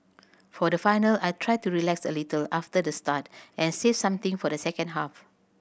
for the final I tried to relax a little after the start and save something for the second half